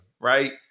Right